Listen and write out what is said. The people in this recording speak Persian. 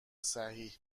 صحیح